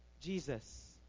Jesus